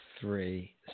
three